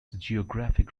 geographic